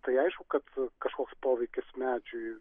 tai aišku kad kažkoks poveikis medžiui